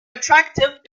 attractive